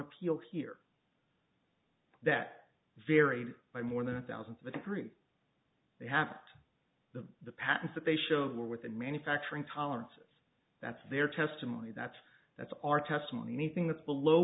appeal here that varied by more than a thousandth of a degree they have the patents that they showed were within manufacturing tolerances that's their testimony that's that's our testimony anything that's below